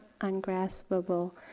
ungraspable